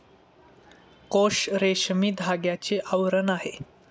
कोश रेशमी धाग्याचे आवरण आहे